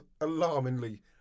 alarmingly